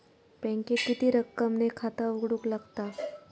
बँकेत किती रक्कम ने खाता उघडूक लागता?